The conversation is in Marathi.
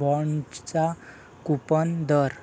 बाँडचा कूपन दर